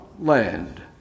land